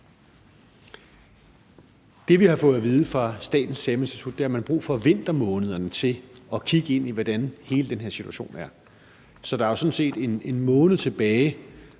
Det, vi har fået at vide fra Statens Serum Institut, er, at man har brug for vintermånederne til at kigge ind i, hvordan hele den her situation er. Så der er jo sådan set en måned tilbage,